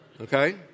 okay